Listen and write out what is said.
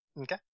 Okay